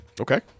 okay